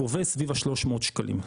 גובה סביב ה-300 שקלים.